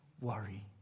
worry